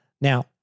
Now